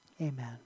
amen